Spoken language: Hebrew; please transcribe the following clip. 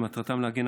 שמטרתם להגן,